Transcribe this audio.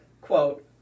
quote